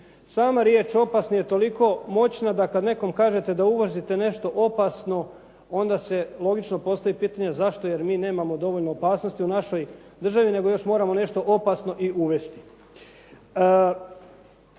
Sama riječ opasni je toliko moćna da kad nekome kažete da uvozite nešto opasno onda se logično postavlja pitanje zašto jer mi nemamo dovoljno opasnosti u našoj državi nego još moramo nešto opasno i uvesti.